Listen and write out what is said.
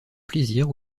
plaisir